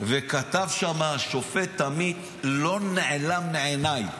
וכתב שם השופט עמית: לא נעלם מעיניי.